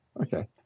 Okay